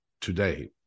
today